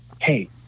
hey